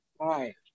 Hi